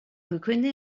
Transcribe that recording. reconnaît